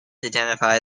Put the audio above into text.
identify